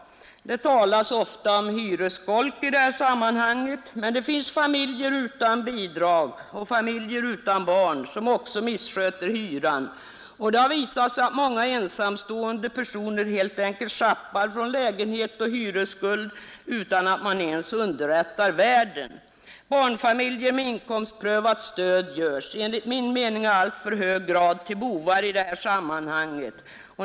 Det talas ofta om hyresskolk i detta sammanhang, men det finns familjer utan bidrag och familjer utan barn som också missköter hyran, Det har visat sig att många ensamstående personer helt enkelt schappar från lägenhet och hyresskuld utan att underrätta värden. Barnfamiljer med inkomstprövat stöd görs enligt min mening i alltför hög grad till bovar i detta sammanhang.